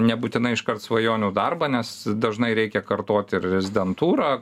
nebūtinai iškart svajonių darbą nes dažnai reikia kartot ir rezidentūrą